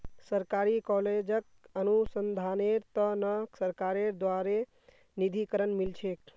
सरकारी कॉलेजक अनुसंधानेर त न सरकारेर द्बारे निधीकरण मिल छेक